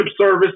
service